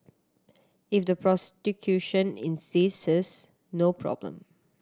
if the prosecution insists no problem